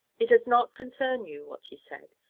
it does not concern you, what he said.